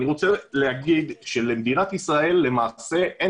אני רוצה לומר שלמעשה למדינת ישראל אין